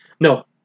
no